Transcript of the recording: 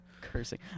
cursing